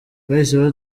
bahise